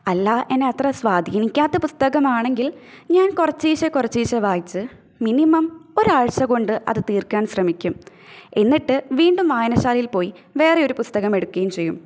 അല്ലാ എന്നെ അത്ര സ്വാധീനിക്കാത്ത പുസ്തകമാണെങ്കില് ഞാന് കുറച്ചീശ്ശെ കുറച്ചീശ്ശെ വായിച്ച് മിനിമം ഒരാഴ്ച കൊണ്ട് അത് തീര്ക്കാന് ശ്രമിക്കും എന്നിട്ട് വീണ്ടും വായനശാലയില് പോയി വേറെയൊരു പുസ്തകം എടുക്കുകയും ചെയ്യും